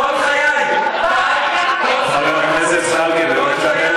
אני שואל אותך, האם אתה חושב על